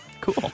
Cool